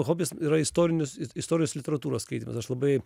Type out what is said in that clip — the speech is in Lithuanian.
hobis yra istorinius istorijos literatūros skaitymas aš labai